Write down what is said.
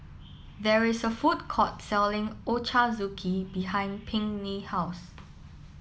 there is a food court selling Ochazuke behind Pinkney's house